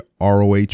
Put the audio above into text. ROH